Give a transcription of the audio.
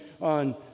on